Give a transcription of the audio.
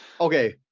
okay